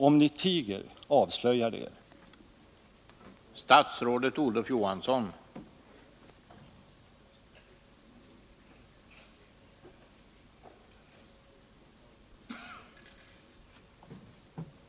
Om ni tiger avslöjar det er!